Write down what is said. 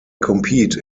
compete